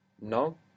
no